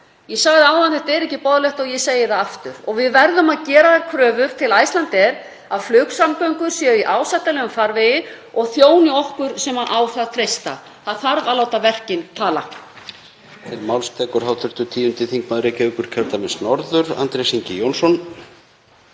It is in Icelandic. Ég sagði áðan að þetta væri ekki boðlegt og ég segi það aftur. Við verðum að gera þær kröfur til Icelandair að flugsamgöngur séu í ásættanlegum farvegi og þjóni okkur sem á þær treystum. Það þarf að láta verkin tala.